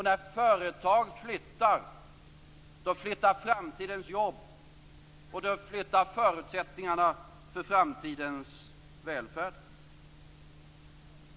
När företag flyttar, då flyttar framtidens jobb och då flyttar förutsättningarna för framtidens välfärd.